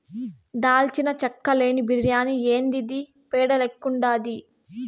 దాల్చిన చెక్క లేని బిర్యాని యాందిది పేడ లెక్కుండాది